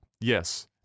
yes